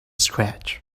scratch